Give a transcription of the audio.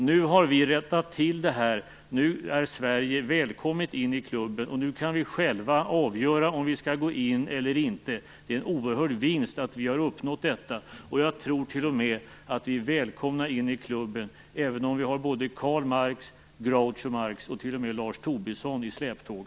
Nu har vi rättat till det. Nu är Sverige välkommet in i klubben, och nu kan vi själva avgöra om vi skall gå in eller inte. Det är en oerhörd vinst att vi har uppnått detta. Jag tror faktiskt att vi är välkomna in i klubben även om vi har både Karl Marx, Groucho Marx och t.o.m. Lars Tobisson i släptåg.